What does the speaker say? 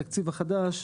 בתקציב החדש,